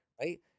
right